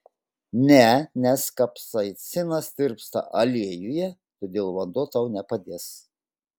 ne nes kapsaicinas tirpsta aliejuje todėl vanduo tau nepadės